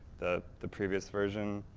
the the previous version,